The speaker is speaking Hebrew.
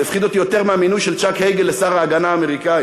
זה הפחיד אותי יותר מהמינוי של צ'אק הייגל לשר ההגנה האמריקני.